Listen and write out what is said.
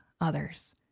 others